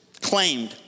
claimed